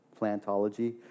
plantology